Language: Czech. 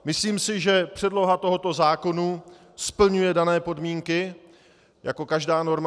Myslím si, že předloha tohoto zákona splňuje dané podmínky, jako každá norma.